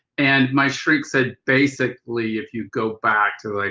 and my shrink said, basically if you go back to it,